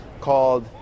called